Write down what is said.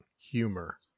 humor